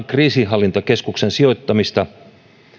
kriisinhallintakeskuksen sijoittumista